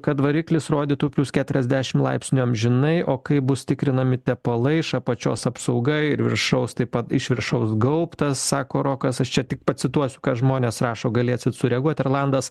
kad variklis rodytų plius keturiasdešimt laipsnių amžinai o kaip bus tikrinami tepalai iš apačios apsauga ir viršaus taip pat iš viršaus gaubtas sako rokas aš čia tik pacituosiu ką žmonės rašo galėsit sureaguot irlandas